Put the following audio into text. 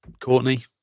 Courtney